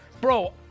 Bro